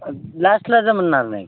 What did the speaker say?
लास्टला जमणार नाही